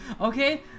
Okay